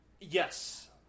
Yes